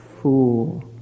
fool